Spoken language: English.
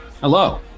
Hello